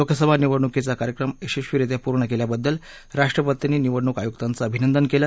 लोकसभा निवडणुकीचा कार्यक्रम यशस्वीरित्या पूर्ण केल्याबद्दल राष्ट्रपतींनी निवडणूक आयुक्तांचं अभिनंदन केलं